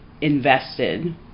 invested